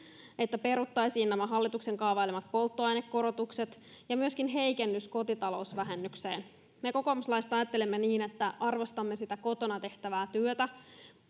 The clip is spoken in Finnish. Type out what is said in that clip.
että peruttaisiin nämä hallituksen kaavailemat polttoainekorotukset ja myöskin heikennys kotitalousvähennykseen me kokoomuslaiset ajattelemme niin että arvostamme sitä kotona tehtävää työtä